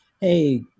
hey